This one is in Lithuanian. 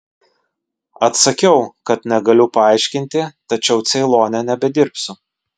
atsakiau kad negaliu paaiškinti tačiau ceilone nebedirbsiu